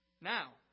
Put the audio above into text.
now